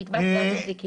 הוא יתבע תביעת נזיקין.